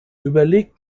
überlegt